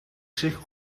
zich